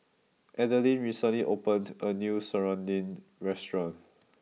Adelyn recently opened a new Serunding restaurant